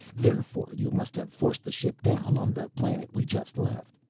therefore you must have forced the ship down on the planet we just left.